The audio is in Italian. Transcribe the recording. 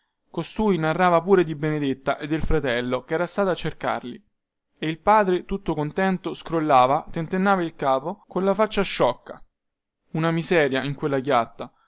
costui narrava pure di benedetta e del fratello chera stato a cercarli e il padre tutto contento scrollava tentennava il capo colla faccia sciocca una miseria in quella chiatta